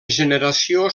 generació